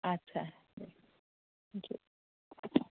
आदसा